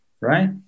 right